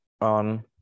on